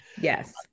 Yes